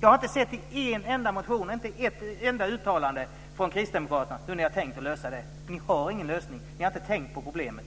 Jag har inte sett en enda motion, ett enda uttalande från kristdemokraterna hur ni har tänkt att lösa det. Ni har ingen lösning. Ni har inte tänkt på problemet.